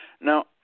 Now